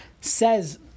says